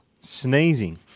Sneezing